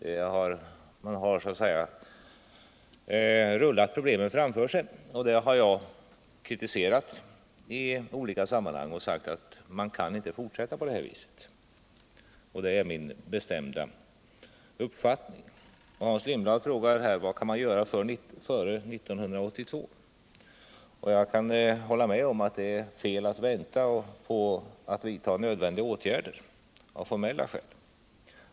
Man har så att säga rullat problemen framför sig, och det har jag kritiserat i olika sammanhang. Jag har sagt att man inte kan fortsätta på det här viset, och det är min bestämda uppfattning. Hans Lindblad frågar: Vad kan man göra före 1982? Jag kan hålla med om att det är fel att vänta med att vidta nödvändiga åtgärder av formella skäl.